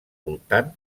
voltant